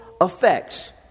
effects